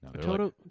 total